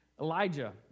Elijah